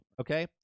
okay